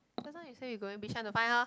just now you say you going bishan to find her